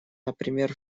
например